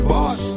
Boss